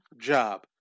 job